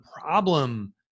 problem